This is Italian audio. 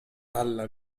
alla